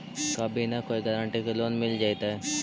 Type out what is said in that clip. का बिना कोई गारंटी के लोन मिल जीईतै?